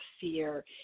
fear